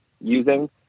using